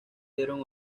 dieron